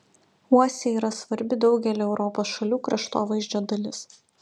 uosiai yra svarbi daugelio europos šalių kraštovaizdžio dalis